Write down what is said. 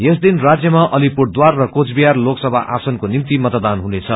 यसदिन राण्यमा अलिपुरद्वार र कुचबिहार लोकसभा आसनको निम्ति मतदान हुनेछ